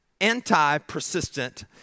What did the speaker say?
anti-persistent